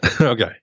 Okay